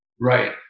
right